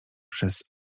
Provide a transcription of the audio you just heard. przez